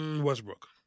Westbrook